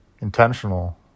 intentional